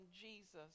Jesus